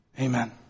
Amen